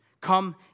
Come